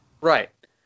right